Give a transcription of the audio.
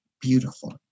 beautiful